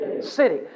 city